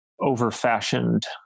over-fashioned